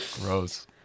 Gross